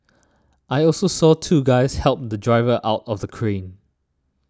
I also saw two guys help the driver out from the crane